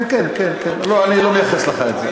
כן, כן, כן, אני לא מייחס לך את זה.